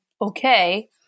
okay